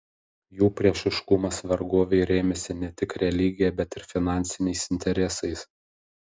jų priešiškumas vergovei rėmėsi ne tik religija bet ir finansiniais interesais